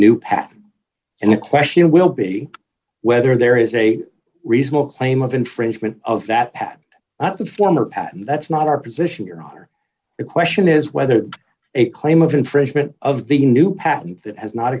patent and the question will be whether there is a reasonable claim of infringement of that the former patent that's not our position you're either the question is whether a claim of infringement of the new patent that has not